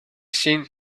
seen